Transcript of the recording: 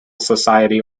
society